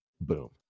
Boom